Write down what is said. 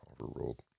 overruled